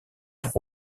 pour